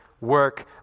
work